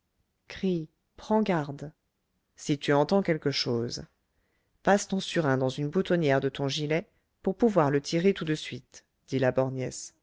si tu entends quelque chose passe ton surin dans une boutonnière de ton gilet pour pouvoir le tirer tout de suite dit la